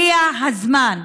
והגיע הזמן,